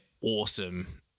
awesome